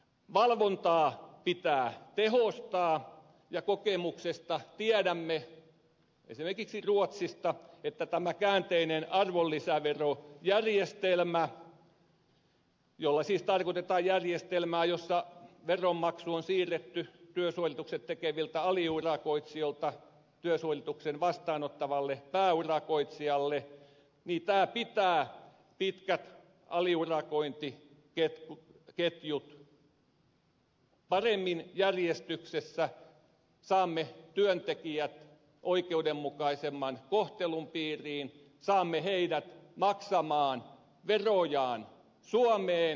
valvontaa pitää tehostaa ja kokemuksesta tiedämme esimerkiksi ruotsista että tämä käänteinen arvonlisäverojärjestelmä jolla siis tarkoitetaan järjestelmää jossa veronmaksu on siirretty työsuoritukset tekeviltä aliurakoitsijoilta työsuoritukset vastaanottavalle pääurakoitsijalle pitää pitkät aliurakointiketjut paremmin järjestyksessä saamme työntekijät oikeudenmukaisemman kohtelun piiriin saamme heidät maksamaan verojaan suomeen